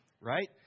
right